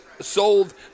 sold